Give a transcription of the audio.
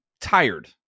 tired